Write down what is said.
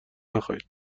نخایید